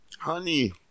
Honey